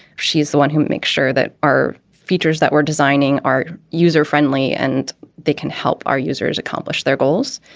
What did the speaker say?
she's the one who makes sure that our features that we're designing are user friendly and they can help our users accomplish their goals.